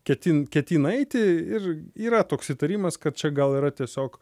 ketin ketina eiti ir yra toks įtarimas kad čia gal yra tiesiog